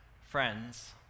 Friends